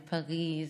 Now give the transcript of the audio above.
בפריז,